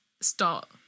start